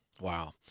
Wow